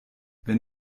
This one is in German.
wenn